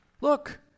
Look